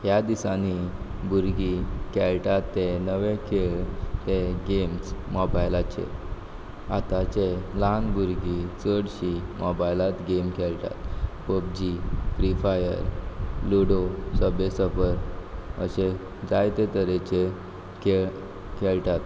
ह्या दिसांनी भुरगीं खेळटात ते नवे खेळ ते गॅम्स मोबायलाचेर आतांचे ल्हान भुरगीं चडशीं मोबायलांत गॅम खेळटात PUBG Free Fire Ludo Subway Surfer अशें जायते तरेचे खेळ खेळटात